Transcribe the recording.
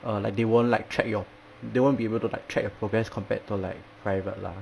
err like they won't like track your they won't be able to like track your progress compared to like private lah